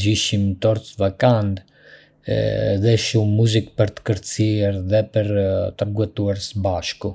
shijshëm, një tortë të veçantë dhe shumë muzikë për të kërcyer dhe për t'u argëtuar së bashku.